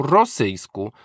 rosyjsku